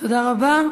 תודה רבה.